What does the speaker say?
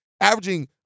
averaging